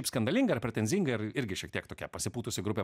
skandalinga ir pretenzinga ir irgi šiek tiek tokia pasipūtusi grupė